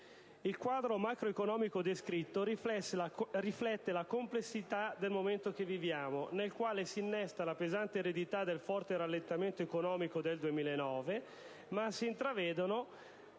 Il quadro macroeconomico descritto riflette la complessità del momento che viviamo, nel quale si innesta la pesante eredità del forte rallentamento economico del 2009, ma si intravedono